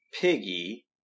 Piggy